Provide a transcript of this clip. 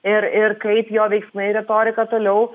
ir ir kaip jo veiksmai retorika toliau